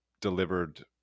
delivered